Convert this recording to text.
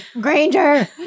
Granger